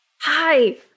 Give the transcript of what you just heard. Hi